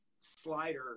slider